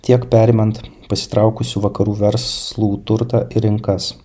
tiek perimant pasitraukusių vakarų verslų turtą į rinkas